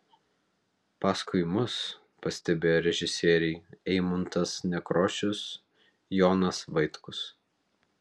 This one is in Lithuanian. paskui mus pastebėjo režisieriai eimuntas nekrošius jonas vaitkus